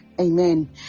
amen